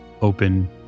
open